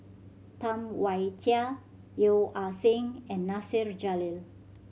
Tam Wai Jia Yeo Ah Seng and Nasir Jalil